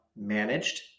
managed